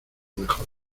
mejor